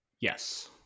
Yes